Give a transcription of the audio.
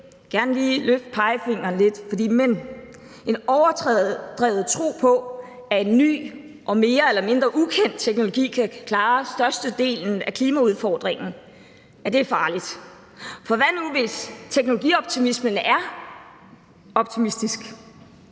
gerne lige løfte pegefingeren lidt – en overdreven tro på, at en ny og mere eller mindre ukendt teknologi kan klare størstedelen af klimaudfordringen, er farlig, for hvad nu, hvis teknologioptimismen er optimistisk.